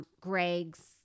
Greg's